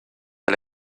der